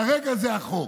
כרגע זה החוק.